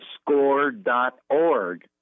score.org